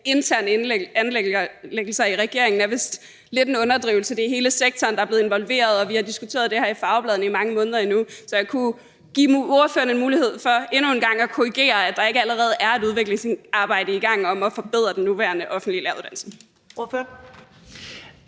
interne anliggender i regeringen er vist lidt en underdrivelse. Det er hele sektoren, der er blevet involveret, og vi har diskuteret det her i fagbladene i mange måneder nu. Så jeg vil endnu en gang give ordføreren muligheden for at korrigere, i forhold til at der ikke allerede er et udviklingsarbejde i gang med at forbedre den nuværende offentlige læreruddannelse.